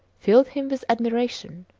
filled him with admiration,